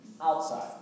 outside